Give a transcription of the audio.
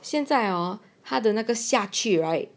现在哦好的那个下去 right